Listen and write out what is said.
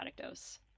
dose